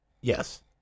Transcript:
Yes